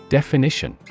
Definition